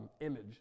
image